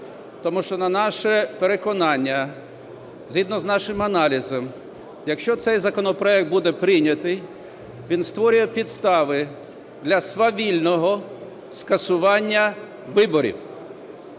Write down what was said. Тому що на наше переконання, згідно з нашим аналізом, якщо цей законопроект буде прийнятий, він створює підстави для свавільного скасування виборів.